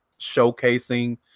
showcasing